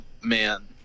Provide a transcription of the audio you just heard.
man